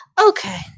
Okay